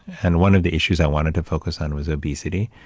and one of the issues i wanted to focus on was obesity.